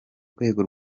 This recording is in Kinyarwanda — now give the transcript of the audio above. rwego